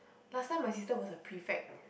last time my sister was a prefect